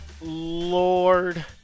Lord